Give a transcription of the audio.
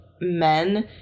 men